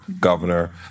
governor